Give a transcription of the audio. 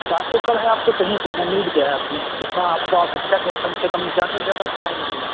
सात एकड़ है आपको चाहिए कितना नीड क्या है आपकी कितना आपका आवश्यकता क्या है कम से कम ज्यादा से ज्यादा काहे लेंगे